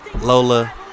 Lola